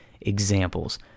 examples